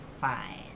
fine